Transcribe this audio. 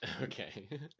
Okay